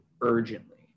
urgently